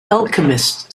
alchemist